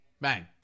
Bang